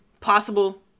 possible